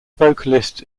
vocalist